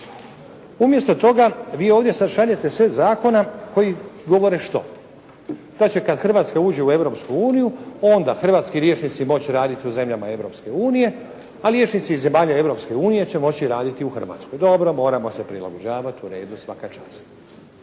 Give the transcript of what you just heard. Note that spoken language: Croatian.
Umjesto toga vi ovdje sada šaljete set zakona koji govore što, da će kad Hrvatska uđe u Europsku uniju onda hrvatski liječnici moći raditi u zemljama Europske unije, a liječnici zemalja Europske unije će moći raditi u Hrvatskoj. Dobro, moramo se prilagođavati, u redu, svaka čast.